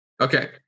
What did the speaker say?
okay